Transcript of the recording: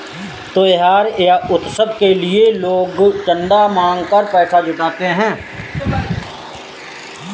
त्योहार या उत्सव के लिए भी लोग चंदा मांग कर पैसा जुटाते हैं